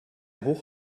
hoch